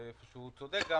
והוא צודק,